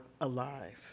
alive